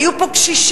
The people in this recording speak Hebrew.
היו פה קשישים.